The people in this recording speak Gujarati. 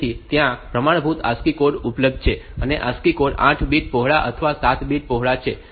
તેથી ત્યાં પ્રમાણભૂત ASCII કોડ ઉપલબ્ધ છે અને ASCII કોડ 8 બીટ પહોળા અથવા 7 બીટ પહોળા છે